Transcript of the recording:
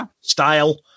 style